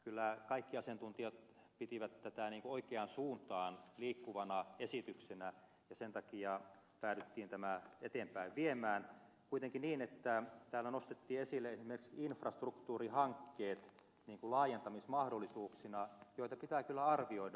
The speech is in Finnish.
kyllä kaikki asiantuntijat pitivät tätä oikean suuntaan liikkuvana esityksenä ja sen takia päädyttiin tätä eteenpäin viemään kuitenkin niin että täällä nostettiin esille esimerkiksi infrastruktuurihankkeet laajentamismahdollisuuksina joita pitää kyllä arvioida